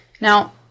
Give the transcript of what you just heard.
Now